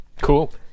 cool